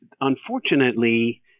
unfortunately